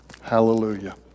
Hallelujah